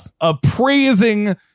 appraising